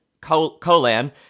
Colan